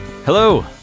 Hello